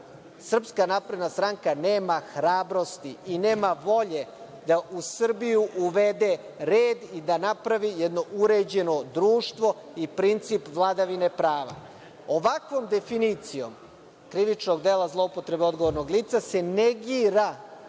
Srpska napredna stranka nema hrabrosti i nema volje da u Srbiju uvede red i da napravi jedno uređeno društvo i princip vladavine prava. Ovakvom definicijom krivičnog dela zloupotrebe odgovornog lica se negira